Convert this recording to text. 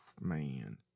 man